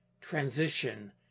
transition